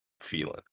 feeling